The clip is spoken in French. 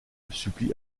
supplie